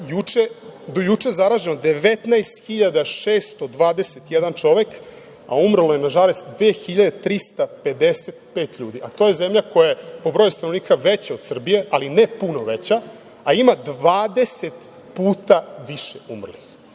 je do juče zaraženo 19.621 čovek, a umrlo je na žalost 2.355 ljudi, a to je zemlja koja je po broju stanovnika veća od Srbije, ali ne puno veća, a ima 20 puta više umrlih.